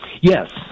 Yes